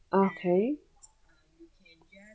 okay